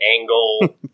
angle